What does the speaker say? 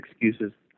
excuses